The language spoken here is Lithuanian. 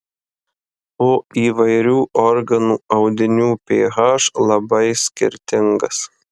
o įvairių organų audinių ph labai skirtingas